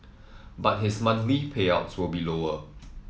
but his monthly payouts will be lower